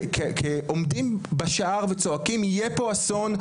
עומדים בשער וצועקים יהיה פה אסון,